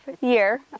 year